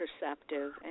perceptive